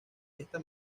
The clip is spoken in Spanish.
esta